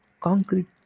concrete